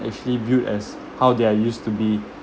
actually viewed as how they are used to be